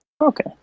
okay